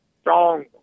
strong